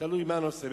תלוי מה הנושא.